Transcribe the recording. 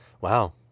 Wow